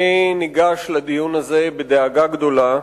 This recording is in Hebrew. אני ניגש לדיון הזה בדאגה גדולה,